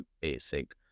basic